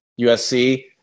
USC